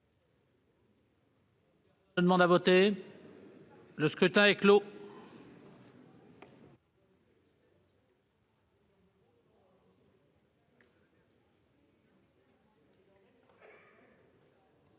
Le scrutin est clos.